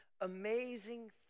amazing